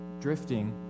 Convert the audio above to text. drifting